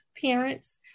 parents